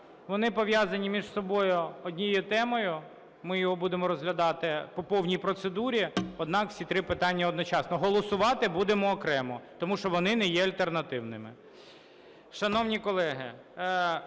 вони пов'язані між собою однією темою. Ми їх будемо розглядати по повній процедурі, однак всі три питання одночасно. Голосувати будемо окремо, тому що вони не є альтернативними.